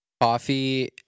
coffee